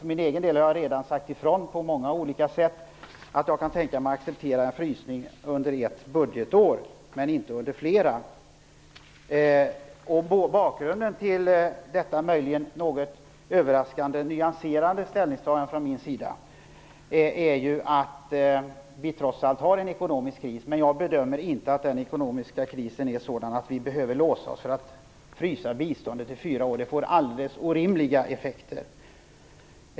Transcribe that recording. För egen del har jag redan på många olika sätt sagt att jag kan tänka mig att acceptera frysning under ett budgetår men inte under flera. Bakgrunden till detta möjligen något överraskande nyanserade ställningstagande från min sida är att vi trots allt har en ekonomisk kris. Men jag bedömer inte att den ekonomiska krisen är sådan att vi behöver låsa oss för att frysa biståndet i fyra år. Det skulle få alldeles orimliga effekter.